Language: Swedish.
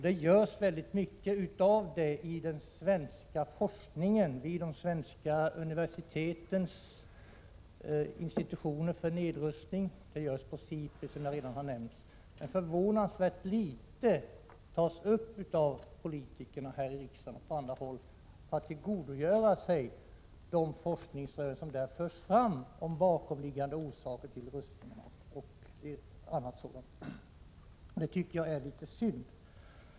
Det görs väldigt mycket i det avseendet i den svenska forskningen vid de svenska universitetens institutioner för nedrustning liksom på SIPRI, som jag redan har nämnt. Men förvånansvärt litet görs av politikerna här i riksdagen och på andra håll för att tillgodogöra sig de forskningsrön som förs fram om bakomliggande orsaker till rustningar m.m. Det tycker jag är litet synd.